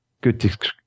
good